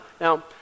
Now